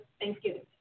Thanksgiving